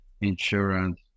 insurance